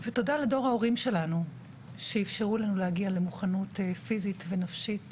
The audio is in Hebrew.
תודה לדור ההורים שלנו שאפשרו לנו להגיע למוכנות פיזית ונפשית